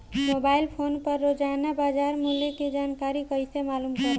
Mobile phone पर रोजाना बाजार मूल्य के जानकारी कइसे मालूम करब?